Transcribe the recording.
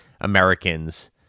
Americans